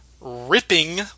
ripping